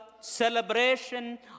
celebration